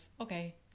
okay